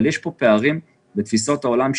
אבל יש פה פערים בתפיסות העולם,